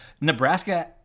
Nebraska –